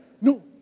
No